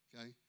Okay